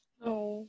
no